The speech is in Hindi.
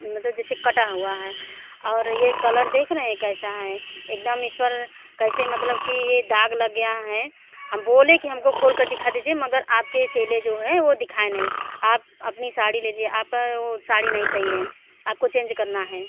मतलब जैसे कटा हुआ है और ये कलर देख रहें कैसा है एक दम इस पर कैसे मतलब कि ये दाग़ लग गया है हम बोले कि हम को खोल कर दिखा दीजिए मगर आप के चेले जो हैं वो दिखाए नहीं आप अपनी साड़ी लीजिए आपकी वो साड़ी नहीं सही है आपको चेंज करना है